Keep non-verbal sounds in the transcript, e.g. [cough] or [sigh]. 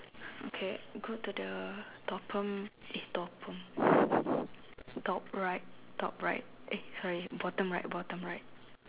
okay go to the bottom eh bottom [laughs] top right top right eh sorry bottom right bottom right